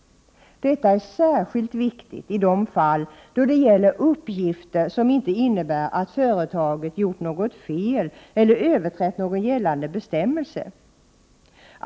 Detta är särskilt viktigt i de fall då det gäller uppgifter som inte innebär att företaget gjort något fel eller överträtt någon gällande bestämmelse.